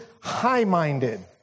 high-minded